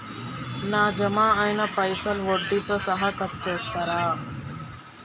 నా జమ అయినా పైసల్ వడ్డీతో సహా కట్ చేస్తరా?